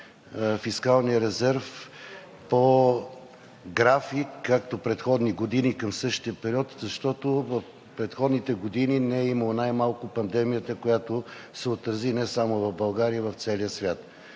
фискалният резерв по график, както предходни години към същия период, защото в предходните години не е имало най-малко пандемията, която се отрази не само в България – и в целия свят.